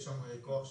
יש שם כוח שיטור,